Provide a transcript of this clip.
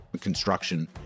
construction